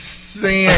sin